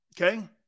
okay